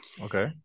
Okay